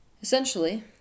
Essentially